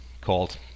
called